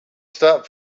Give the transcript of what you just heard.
stop